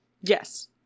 Yes